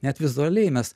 net vizualiai mes